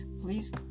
Please